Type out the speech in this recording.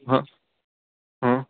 હા હમ